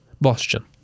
Boston